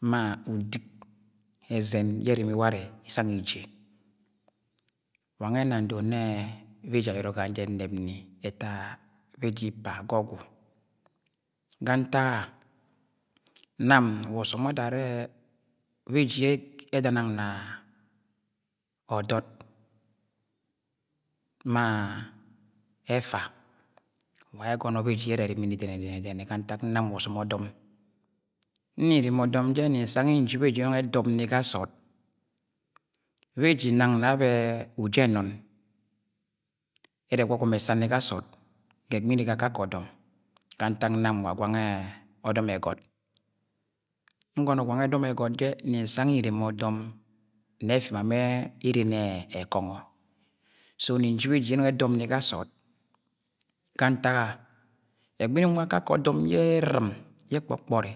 ma udik ẹzẹn yẹ erimi warẹ yẹ isang iji wa nge ẹna ndọd nnẹ beji ayọrọ gang jẹ enep ni ẹta beji ipa ga ọgwu, ga ntak a nam wa ọsọm wa ada arẹ beji yẹ eda nang na ọdọd, ma effa wa ayẹ ẹgọnọ beji yẹ ẹrẹ ẹrimi ni denene dẹnẹnẹ ga ntak nam wa osom ọdọm nni nreme ọdọm jẹ nni nsang yi nji beji yẹ ẹnọng ẹdọp ni ga sood beji nang na abẹ uji ẹnọn ẹrẹ egwagwama ẹssa ni ga sọọd ga ẹgbi nre ga akakẹ ọdọm ga ntak nam wa gwang ẹ ọdọm ẹgọt ngọnọ gwang ọdọm ẹgọt jẹ nni nsang yẹ nreme ọdọm nẹ ẹfimẹ man ere ni ẹkọngo, so nní nji beji yẹ ẹnung ẹdọp ni ga sọọd ga ntak a egbi nnung nwa nkakẹ ọdọm ye erɨrɨm ye ẹkpọkpọri.